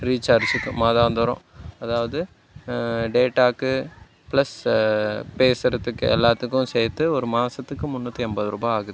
ரீசார்ஜுக்கு மாதாந்தோறும் அதாவது டேட்டாக்கு ப்ளஸ் பேசுகிறதுக்கு எல்லாத்துக்கும் சேர்த்து ஒரு மாதத்துக்கு முந்நூற்றி ஐம்பது ரூபாய் ஆகுது